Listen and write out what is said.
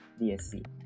DSC